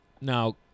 Now